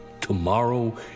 tomorrow